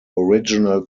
original